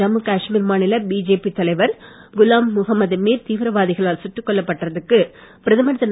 ஜம்மு காஷ்மீர் மாநில பிஜேபி தலைவர் குலாம் மும்மது மீர் தீவிரவாதிகளால் சுட்டுக் கொல்லப்பட்டதற்கு பிரதமர் திரு